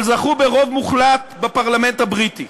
אבל זכו ברוב מוחלט בפרלמנט הבריטי.